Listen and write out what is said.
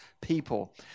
people